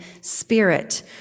spirit